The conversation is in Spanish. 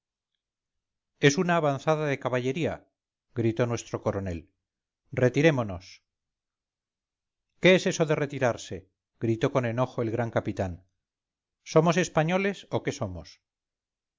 es una avanzada de caballería gritó nuestro coronel retirémonos qué es eso de retirarse gritó con enojo el gran capitán somos españoles o qué somos